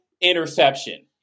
interception